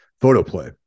Photoplay